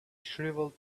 shriveled